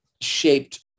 shaped